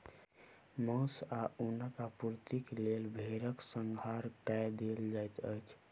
मौस आ ऊनक आपूर्तिक लेल भेड़क संहार कय देल जाइत अछि